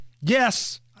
yes